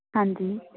ਹਾਂਜੀ